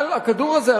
אבל הכדור הזה,